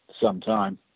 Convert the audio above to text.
sometime